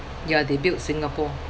ya they built Singapore